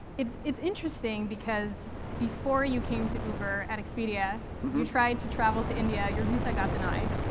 it's it's interesting because before you came to uber and expedia, you tried to travel to india. your visa got denied.